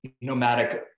nomadic